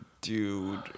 dude